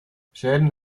schäden